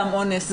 סם אונס,